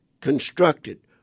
constructed